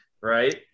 right